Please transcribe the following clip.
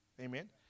Amen